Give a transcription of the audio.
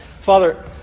Father